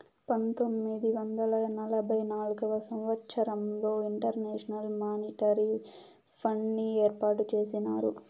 పంతొమ్మిది వందల నలభై నాల్గవ సంవచ్చరంలో ఇంటర్నేషనల్ మానిటరీ ఫండ్ని ఏర్పాటు చేసినారు